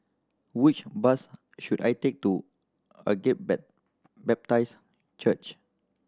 which bus should I take to Agape Bap Baptist Church